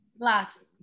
glass